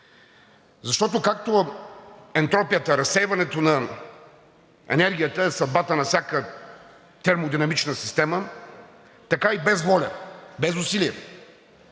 Защото, както ентропията, разсейването на енергията е съдбата на всяка термодинамична система, така и без воля, без усилия,